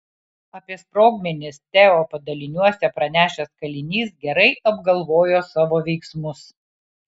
apie sprogmenis teo padaliniuose pranešęs kalinys gerai apgalvojo savo veiksmus